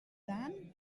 dan